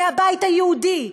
מהבית היהודי,